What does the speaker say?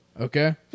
Okay